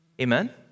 Amen